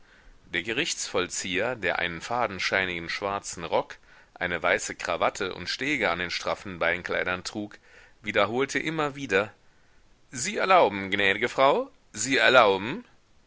der gerichtsvollzieher der einen fadenscheinigen schwarzen rock eine weiße krawatte und stege an den straffen beinkleidern trug wiederholte immer wieder sie erlauben gnädige frau sie erlauben